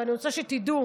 אני רוצה שתדעו,